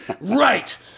Right